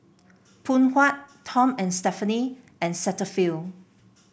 Phoon Huat Tom And Stephanie and Cetaphil